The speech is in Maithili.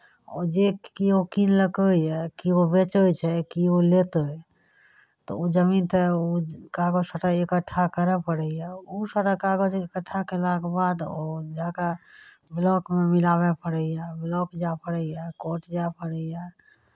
आओर जे केओ किनलकैए केओ बेचै छै केओ लेतै तऽ ओ जमीन तऽ ओ कागज सभटा इकट्ठा करय पड़ैए ओ सारा कागज इकट्ठा कयलाके बाद ओ जा कऽ बलोकमे मिलाबय पड़ैए बलोक जाय पड़ैए कोर्ट जाय पड़ैए